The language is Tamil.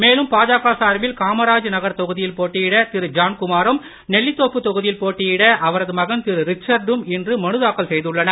மேலும் பாஜக சார்பில் காமராஜ் நகர் தொகுதியில் போட்டியிட திரு ஜான்குமாரும் நெல்லித்தோப்பு தொகுதியில் போட்டியிட அவரது மகன் திரு ரிச்சர்டும் இன்று மனுதாக்கல் செய்துள்ளனர்